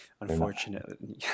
Unfortunately